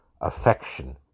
affection